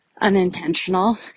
unintentional